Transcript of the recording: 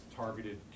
targeted